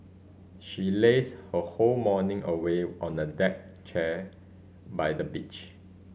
she lazed her whole morning away on a deck chair by the beach